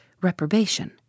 reprobation